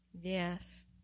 Yes